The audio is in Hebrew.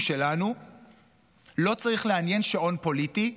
שלנו לא צריך לעניין שעון פוליטי,